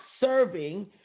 serving